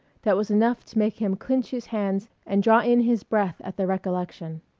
that was enough to make him clinch his hands and draw in his breath at the recollection.